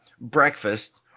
breakfast